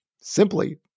Simply